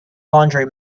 laundry